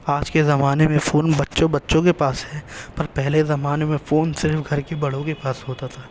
آج کے زمانے میں فون بچوں بچوں کے پاس ہے پر پہلے زمانے میں فون صرف گھر کے بڑوں کے پاس ہوتا تھا